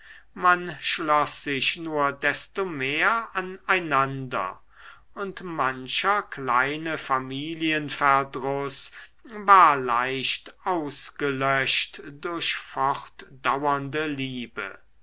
man schloß sich nur desto mehr an einander und mancher kleine familienverdruß war leicht ausgelöscht durch fortdauernde liebe